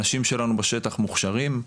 אנשים שלנו בשטח מוכשרים,